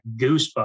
goosebumps